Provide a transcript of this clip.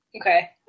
Okay